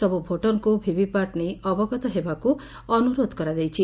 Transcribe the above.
ସବୁ ଭୋଟରଙ୍କୁ ଭିଭିପାଟ୍ ନେଇ ଅବଗତ ହେବାକୁ ଅନୁରୋଧ କରାଯାଇଛି